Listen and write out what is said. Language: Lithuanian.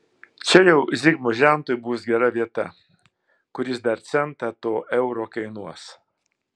čia jau zigmo žentui bus gera vieta kuris dar centą to euro kainuos